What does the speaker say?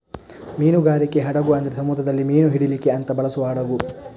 ಮೀನುಗಾರಿಕೆ ಹಡಗು ಅಂದ್ರೆ ಸಮುದ್ರದಲ್ಲಿ ಮೀನು ಹಿಡೀಲಿಕ್ಕೆ ಅಂತ ಬಳಸುವ ಹಡಗು